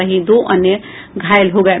वहीं दो अन्य घायल हो गये